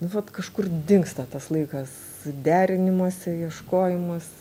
vat kažkur dingsta tas laikas derinimosi ieškojimas